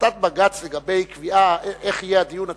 החלטת בג"ץ לגבי קביעה איך יהיה הדיון הציבורי,